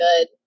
good